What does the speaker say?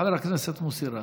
חבר הכנסת מוסי רז.